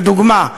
לדוגמה?